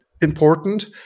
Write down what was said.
important